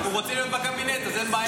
הוא רוצה להיות בקבינט, אז אין בעיה.